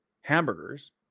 hamburgers